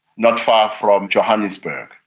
not far from johannesburg.